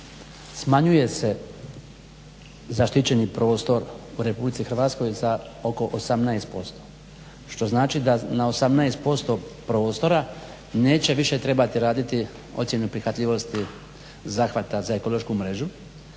smanjuje se zaštićeni prostor u RH za oko 18%, što znači da na 18% prostora neće više trebati raditi ocjenu prihvatljivosti zahvata za ekološku mrežu.